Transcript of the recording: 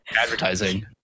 advertising